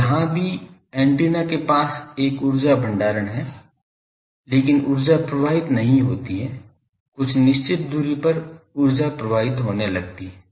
तो यहाँ भी एंटीना के पास एक ऊर्जा भंडारण है लेकिन ऊर्जा प्रवाहित नहीं होती है कुछ निश्चित दूरी पर ऊर्जा प्रवाहित होने लगती है